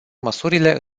măsurile